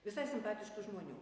visai simpatiškų žmonių